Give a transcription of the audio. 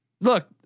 look